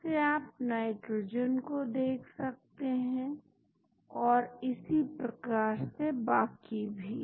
फिर से आप नाइट्रोजन को देख सकते हैं और इसी प्रकार से बाकी भी